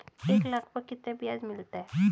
एक लाख पर कितना ब्याज मिलता है?